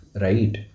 right